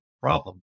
problem